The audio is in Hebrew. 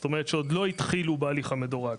זאת אומרת שעוד לא התחילו בהליך המדורג,